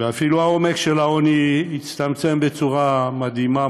אפילו העומק של העוני הצטמצם בצורה מדהימה,